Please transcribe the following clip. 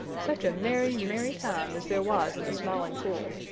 such a merry, merry time as there was in the smiling pool!